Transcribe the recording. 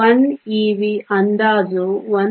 1 ev ಅಂದಾಜು 1